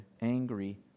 angry